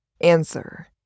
Answer